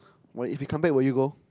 what if he come back will you go